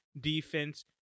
defense